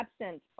absent